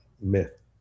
myth